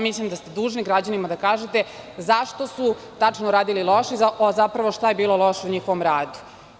Mislim da ste dužni da kažete građanima zašto su tačno radili loše, zapravo šta je bilo loše u njihovom radu.